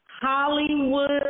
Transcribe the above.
Hollywood